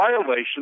violation